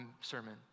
sermon